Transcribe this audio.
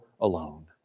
alone